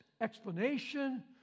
explanation